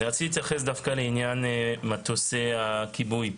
רציתי להתייחס דווקא לעניין מטוסי הכיבוי.